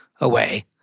away